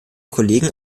kollegen